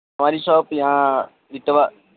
ہماری شاپ یہاں اٹوا